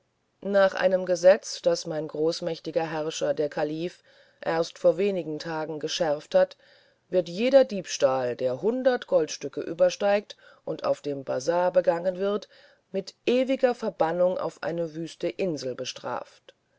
nach einem gesetz das mein großmächtigster herr der kalif erst vor wenigen tagen geschärft hat wird jeder diebstahl der hundert goldstücke übersteigt und auf dem bazar begangen wird mit ewiger verbannung auf eine wüste insel bestraft